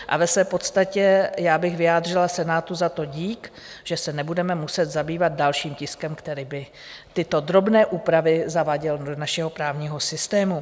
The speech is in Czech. A v podstatě bych vyjádřila Senátu za to dík, že se nebudeme muset zabývat dalším tiskem, který by tyto drobné úpravy zaváděl do našeho právního systému.